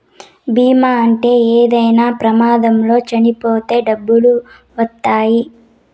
బీమా ఉంటే ఏమైనా ప్రమాదంలో చనిపోతే డబ్బులు వత్తాయి